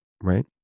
right